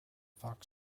fox